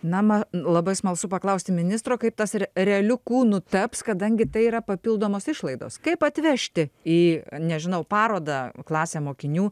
na ma n labai smalsu paklausti ministro kaip tas re realiu kūnu taps kadangi tai yra papildomos išlaidos kaip atvežti į nežinau parodą klasę mokinių